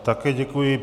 Také děkuji.